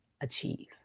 achieve